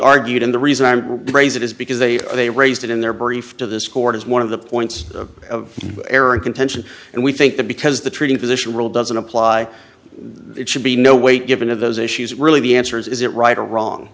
argued and the reason i'm raise it is because they they raised it in their brief to this court as one of the points of error in contention and we think that because the treating physician rule doesn't apply it should be no weight given of those issues really the answer is is it right or wrong